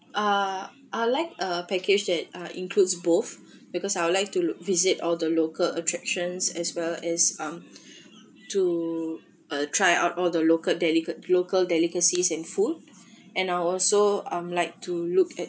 uh I like a package that uh includes both because I would like to visit all the local attractions as well as um to uh try out all the local delicate local delicacies and food and I also um like to look at